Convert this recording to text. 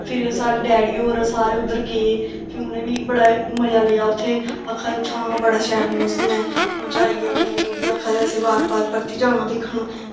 फिर एह् साढ़े डैडी होर सारे उद्धर गे फिर उ'नें बी बड़ा मजा लेआ उत्थें आक्खा दे उत्थें दा बड़ा शैल मौसम ऐ मज़ा आई गेआ उ'नेंगी ओह् बी आक्खा दे असें बार बार परती जाना दिक्खन